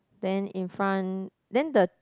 then in front then the